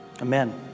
Amen